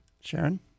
Sharon